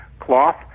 cloth